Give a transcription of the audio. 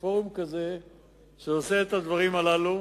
פורום שעושה את הדברים הללו.